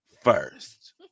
first